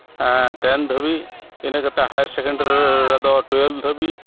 ᱴᱮᱱ ᱫᱷᱟᱹᱵᱤᱡ ᱤᱱᱟᱹ ᱠᱟᱛᱮᱫ ᱦᱟᱭᱟᱨ ᱥᱮᱠᱮᱱᱰᱟᱨᱤ ᱨᱮᱫᱚ ᱴᱩᱭᱮᱞᱵᱷ ᱫᱷᱟᱹᱵᱤᱡ